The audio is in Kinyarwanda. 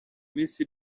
minsi